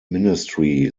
ministry